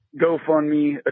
GoFundMe